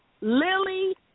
Lily